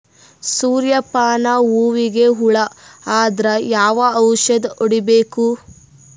ಸೂರ್ಯ ಪಾನ ಹೂವಿಗೆ ಹುಳ ಆದ್ರ ಯಾವ ಔಷದ ಹೊಡಿಬೇಕು?